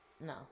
No